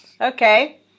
Okay